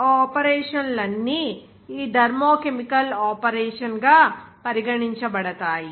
ఆ ఆపరేషన్లన్నీ ఈ థర్మోకెమికల్ ఆపరేషన్ గా పరిగణించబడతాయి